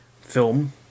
film